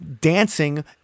dancing